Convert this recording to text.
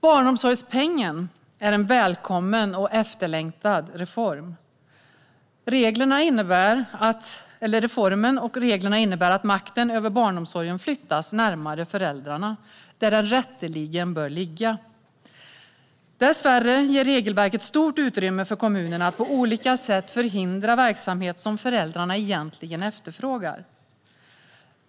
Barnomsorgspengen är en välkommen och efterlängtad reform. Reformen och reglerna innebär att makten över barnomsorgen flyttas närmare föräldrarna, där den rätteligen bör ligga. Dessvärre ger regelverket stort utrymme för kommunerna att på olika sätt förhindra verksamhet som föräldrarna egentligen efterfrågar.